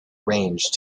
range